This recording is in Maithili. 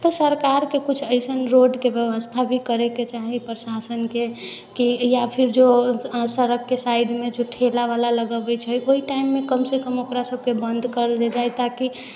तऽ सरकारके कुछ अइसन रोडके व्यवस्था भी करयके चाही प्रशासनके कि या फिर जो सड़कके साइडमे जो ठेला उला लगबै छै ओहिटाइममे कमसँ कम ओकरासभके बन्द कर देल जाय ताकि